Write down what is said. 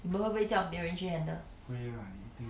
你们会不会叫人去 handle